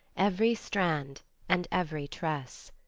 every strand and every tress.